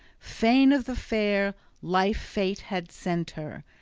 fain of the fair life fate had sent her,